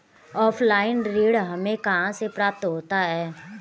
Offline ऋण हमें कहां से प्राप्त होता है?